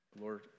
Lord